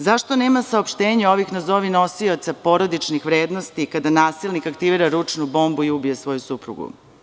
Zašto nema saopštenja ovih nazovi nosioca porodičnih vrednosti kada nasilnik aktivira ručnu bombu i ubije svoju suprugu?